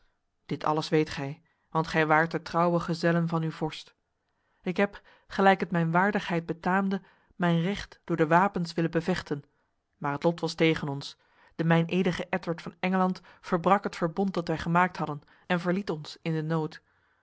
dit alles weet gij want gij waart de trouwe gezellen van uw vorst ik heb gelijk het mijn waardigheid betaamde mijn recht door de wapens willen bevechten maar het lot was tegen ons de meinedige edward van engeland verbrak het verbond dat wij gemaakt hadden en verliet ons in de nood